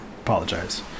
apologize